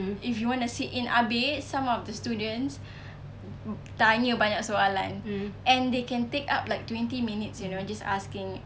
if you wanna sit in abeh some of the students tanya banyak soalan and they can take up like twenty minutes you know just asking